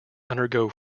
undergo